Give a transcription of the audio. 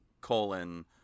colon